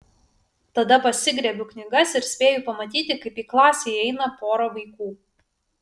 tada pasigriebiu knygas ir spėju pamatyti kaip į klasę įeina pora vaikų